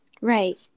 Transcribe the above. Right